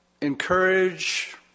encourage